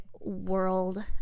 world